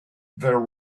there